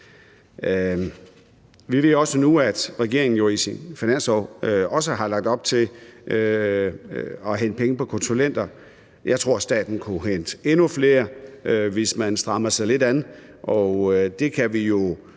Vi ved jo også nu, at regeringen i sin finanslov også har lagt op at hente penge på konsulenter. Jeg tror, staten kunne hente endnu flere, hvis man strammer sig lidt an, og det kan vi jo